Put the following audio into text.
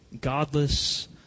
godless